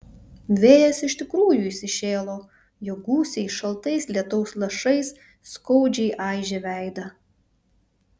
vėjas iš tikrųjų įsišėlo jo gūsiai šaltais lietaus lašais skaudžiai aižė veidą